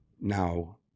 Now